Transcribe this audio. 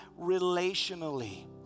relationally